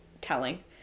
telling